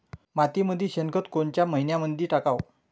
मातीमंदी शेणखत कोनच्या मइन्यामंधी टाकाव?